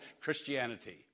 Christianity